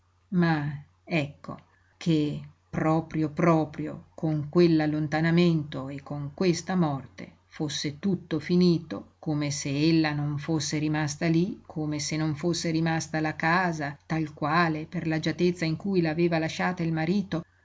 ma ecco che proprio proprio con quell'allontanamento e con questa morte fosse tutto finito come se ella non fosse rimasta lí come se non fosse rimasta la casa tal quale per l'agiatezza in cui la aveva lasciata il marito